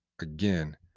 again